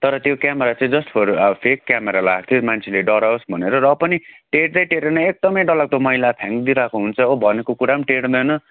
तर त्यो क्यामरा चाहिँ जस्ट फर फेक क्यामरा लगाएको थियो मान्छेले डराओस् भनेर र पनि टेर्दै टेरेन एकदमै डरलाग्दो मैला फ्याँकिदिई रहेको हुन्छ हो भनेको कुरा पनि टेर्दैन